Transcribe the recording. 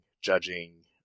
judging